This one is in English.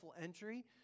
entry